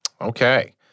Okay